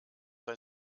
bei